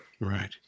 Right